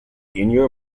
ennio